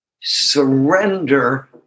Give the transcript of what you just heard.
surrender